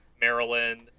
Maryland